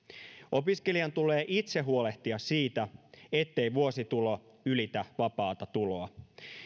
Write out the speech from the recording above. opiskelijan tulee itse huolehtia siitä ettei vuositulo ylitä vapaata tuloa